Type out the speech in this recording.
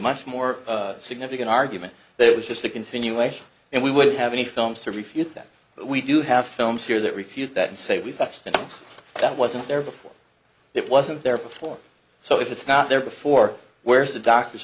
much more significant argument that it was just a continuation and we wouldn't have any films to refute that but we do have films here that refute that and say we've got spin that wasn't there before it wasn't there before so if it's not there before where's the doctor's